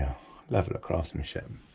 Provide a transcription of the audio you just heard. level of craftsmanship,